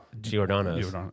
Giordano's